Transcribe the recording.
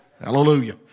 Hallelujah